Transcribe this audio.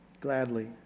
gladly